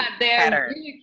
pattern